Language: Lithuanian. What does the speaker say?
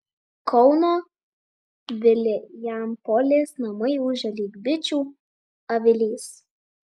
kauno vilijampolės namai ūžia lyg bičių avilys